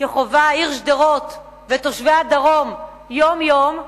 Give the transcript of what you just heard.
שחווים העיר שדרות ותושבי הדרום יום-יום,